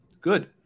Good